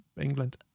England